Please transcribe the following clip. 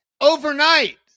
overnight